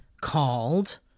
called